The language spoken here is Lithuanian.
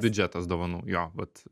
biudžetas dovanų jo vat